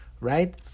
right